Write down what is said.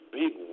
big